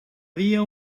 dia